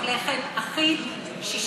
לחם אחיד פרוס,